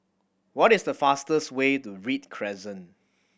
what is the fastest way to Read Crescent